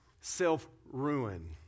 self-ruin